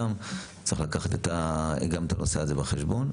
צריך לקחת גם את הנושא הזה בחשבון.